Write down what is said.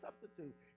substitute